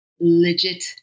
legit